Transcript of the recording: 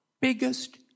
biggest